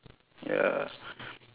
ya